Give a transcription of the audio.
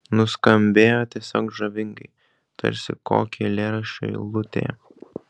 nuskambėjo tiesiog žavingai tarsi kokio eilėraščio eilutė